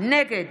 נגד